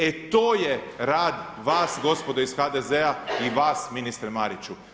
E to je rast vas gospodo iz HDZ-a i vas ministre Mariću.